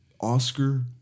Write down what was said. Oscar